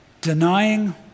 Denying